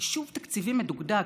חישוב תקציבי מדוקדק,